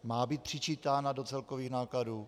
Má být přičítána do celkových nákladů?